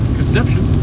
conception